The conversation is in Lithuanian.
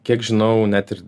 kiek žinau net ir